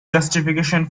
justification